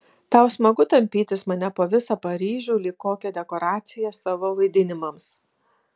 tau smagu tampytis mane po visą paryžių lyg kokią dekoraciją savo vaidinimams